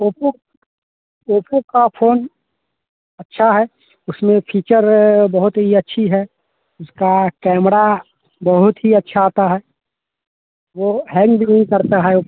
कैसा कैसे का फ़ोन अच्छा है उसमें फीचर बहुत ही अच्छी है उसका कैमरा बहुत ही अच्छा आता है वह हैंग भी नहीं करता है